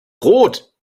rot